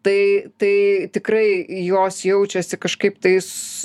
tai tai tikrai jos jaučiasi kažkaip tais